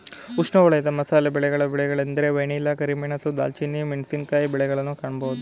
ಉಷ್ಣವಲಯದ ಮಸಾಲೆ ಬೆಳೆಗಳ ಬೆಳೆಗಳೆಂದರೆ ವೆನಿಲ್ಲಾ, ಕರಿಮೆಣಸು, ದಾಲ್ಚಿನ್ನಿ, ಮೆಣಸಿನಕಾಯಿ ಬೆಳೆಗಳನ್ನು ಕಾಣಬೋದು